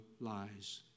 lies